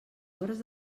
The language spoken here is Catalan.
obres